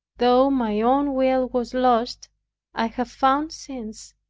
though my own will was lost i have found since,